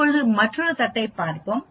இப்போது மற்றொரு தட்டைப் பார்ப்போம்